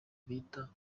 bita